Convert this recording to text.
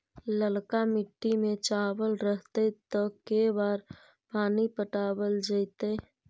ललका मिट्टी में चावल रहतै त के बार पानी पटावल जेतै?